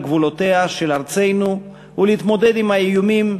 גבולותיה של ארצנו ולהתמודד עם האיומים,